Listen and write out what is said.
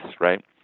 right